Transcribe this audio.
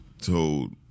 told